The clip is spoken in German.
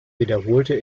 wiederholte